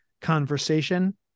conversation